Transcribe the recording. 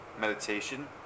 meditation